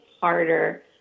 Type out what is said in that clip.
harder